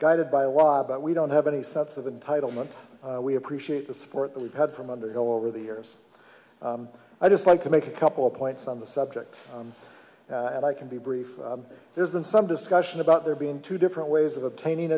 guided by a lot but we don't have any sets of the title meant we appreciate the support that we've had from undergo over the years i just like to make a couple of points on the subject and i can be brief there's been some discussion about there being two different ways of obtaining